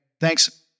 Thanks